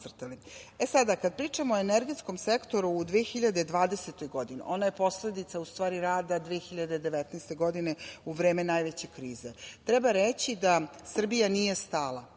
sada, kada pričamo o energetskom sektoru u 2020. godini, ono je posledica, u stvari, rada 2019. godine, u vreme najveće krize, treba reći da Srbija nije stala